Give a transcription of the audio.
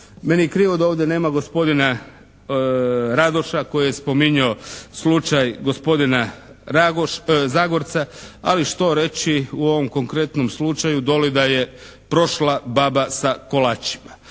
Meni je krivo da ovdje nema gospodina Radoša koji je spominjao slučaj gospodina Zagorca. Ali što reći u ovom konkretnom slučaju doli da je prošla baba sa kolačima.